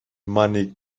many